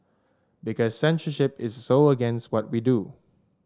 because censorship is so against what we do